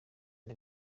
byo